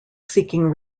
seeking